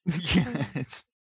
Yes